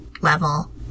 level